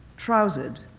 trousered,